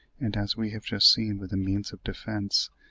and as we have just seen with means of defence,